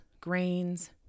grains